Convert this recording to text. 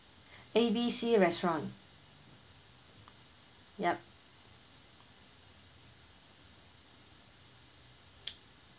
A B C restaurant yup